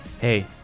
Hey